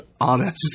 honest